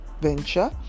venture